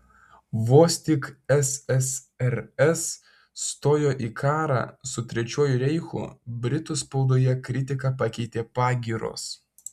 vos tik ssrs stojo į karą su trečiuoju reichu britų spaudoje kritiką pakeitė pagyros